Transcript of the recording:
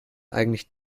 eigentlich